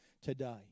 Today